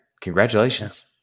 Congratulations